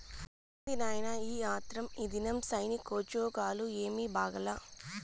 ఏంది నాయినా ఈ ఆత్రం, ఈదినం సైనికోజ్జోగాలు ఏమీ బాగాలా